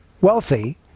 wealthy